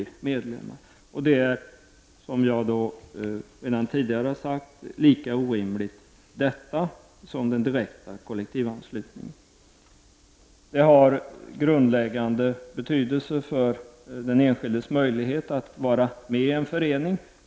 Det är, som jag redan tidigare har sagt, lika orimligt som den direkta kollektivanslutningen. Det har grundläggande betydelse för den enskildes möjlighet att vara med i en förening.